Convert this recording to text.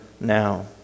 now